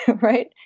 right